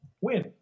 Win